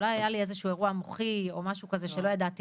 אולי היה לי איזשהו אירוע מוחי או משהו כזה שלא ידעתי